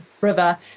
river